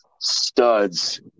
studs